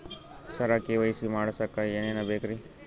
ಸರ KYC ಮಾಡಸಕ್ಕ ಎನೆನ ಬೇಕ್ರಿ?